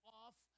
off